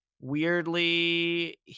weirdly